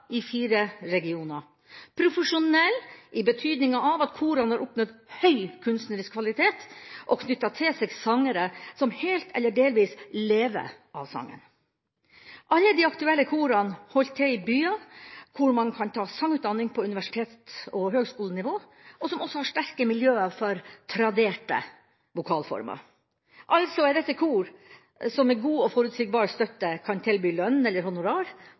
i fire regioner – profesjonell i betydningen av at korene har oppnådd høy kunstnerisk kvalitet og knyttet til seg sangere som helt eller delvis lever av sangen. Alle de aktuelle korene holder til i byer hvor man kan ta sangutdanning på universitets- og høyskolenivå, og som også har sterke miljøer for traderte vokalformer – altså er dette kor som med god og forutsigbar støtte kan tilby lønn eller honorar